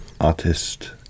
artist